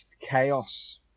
Chaos